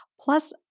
plus